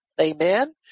amen